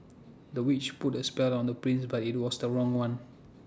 the witch put A spell on the prince but IT was the wrong one